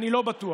אני לא בטוח.